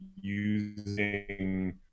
using